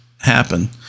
happen